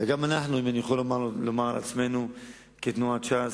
וגם אנחנו, אם אני יכול לומר על עצמנו כתנועת ש"ס,